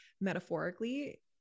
metaphorically